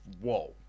Whoa